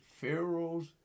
Pharaoh's